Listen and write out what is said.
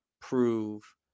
prove